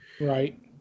right